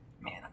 man